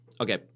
Okay